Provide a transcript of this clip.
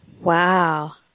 Wow